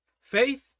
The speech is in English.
Faith